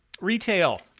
retail